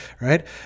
right